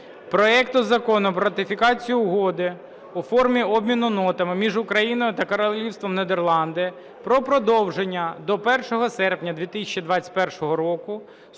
проекту Закону про ратифікацію Угоди (у формі обміну нотами) між Україною та Королівством Нідерланди про продовження до 1 серпня 2021 року